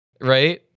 right